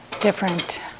different